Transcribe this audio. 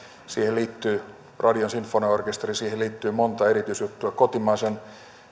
siihen liittyy radion sinfoniaorkesteri siihen liittyy monta erityisjuttua kotimaisen